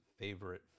favorite